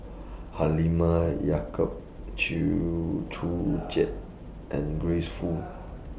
Halimah Yacob Chew Joo Chiat and Grace Fu